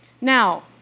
Now